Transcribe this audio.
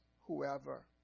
whoever